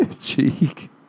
cheek